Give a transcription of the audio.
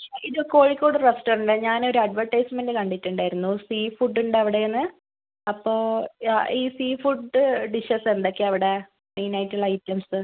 ഇത് കോഴിക്കോട് റെസ്റ്റോറന്റ് ആണോ ഞാനേ ഒരു അഡ്വെർടൈസ്മെന്റ് കണ്ടിട്ടുണ്ടായിരുന്നു സീഫുഡ് ഉണ്ട് അവിടെ എന്ന് അപ്പോൾ ആ ഈ സീഫുഡ് ഡിഷസ് എന്തൊക്കെയാണ് അവിടെ മെയിൻ ആയിട്ടുള്ള ഐറ്റംസ്